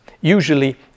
Usually